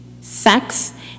sex